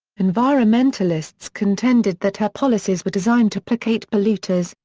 environmentalists contended that her policies were designed to placate polluters,